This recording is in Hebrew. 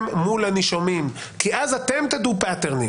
מול הנישומים כי אז אתם תדעו דפוסים.